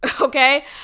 Okay